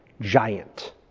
Giant